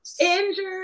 injured